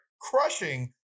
crushing